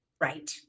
Right